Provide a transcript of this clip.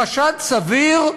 חשד סביר,